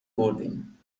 بردیم